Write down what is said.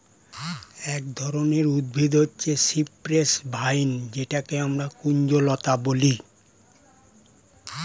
এক ধরনের উদ্ভিদ হচ্ছে সিপ্রেস ভাইন যেটাকে আমরা কুঞ্জলতা বলি